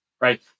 right